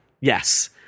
yes